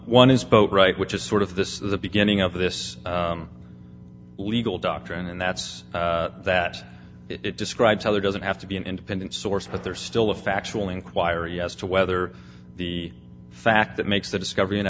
one is boat right which is sort of this is the beginning of this legal doctrine and that's that it describes how there doesn't have to be an independent source but there's still a factual inquiry as to whether the fact that makes the discovery an